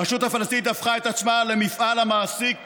הרשות הפלסטינית הפכה את עצמה למפעל המעסיק